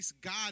God